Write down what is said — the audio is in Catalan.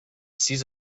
sis